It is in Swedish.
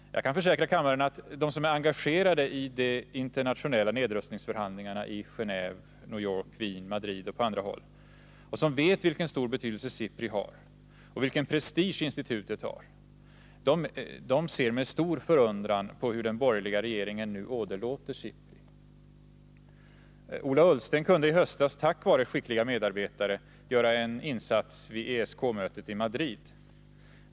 Jag kan försäkra kammaren att de som är engagerade i de internationella nedrustningsförhandlingarna i Gendve, New York, Wien, Madrid och på andra håll och som vet vilken stor betydelse SIPRI har och vilken prestige institutet har, ser med stor förundran på hur den borgerliga regeringen åderlåter SIPRI. Ola Ullsten kunde i höstas tack vare skickliga medarbetare göra en insats vid ESK-mötet i Madrid.